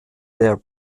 their